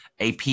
AP